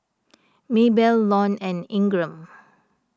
Maybell Lon and Ingram